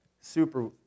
super